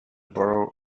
borough